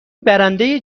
برنده